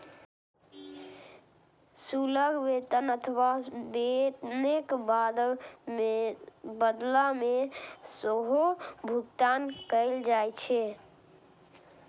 शुल्क वेतन अथवा वेतनक बदला मे सेहो भुगतान कैल जाइ छै